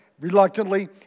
reluctantly